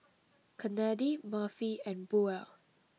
Kennedi Murphy and Buel